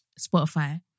Spotify